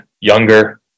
younger